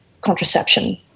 contraception